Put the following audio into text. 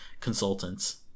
consultants